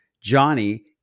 Johnny